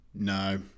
No